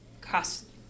cost